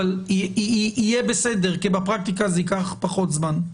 יהיה בסדר, בפרקטיקה זה ייקח פחות זמן.